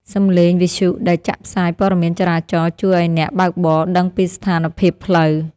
សំឡេងវិទ្យុដែលចាក់ផ្សាយព័ត៌មានចរាចរណ៍ជួយឱ្យអ្នកបើកបរដឹងពីស្ថានភាពផ្លូវ។